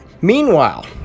Meanwhile